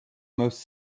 most